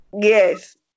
Yes